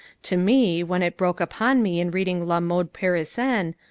to me, when it broke upon me in reading la mode parisienne,